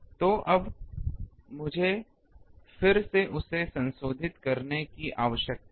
तो अब मुझे फिर उसे संशोधित करने की आवश्यकता है